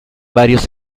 varios